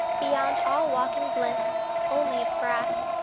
beyond all waking bliss only of grass,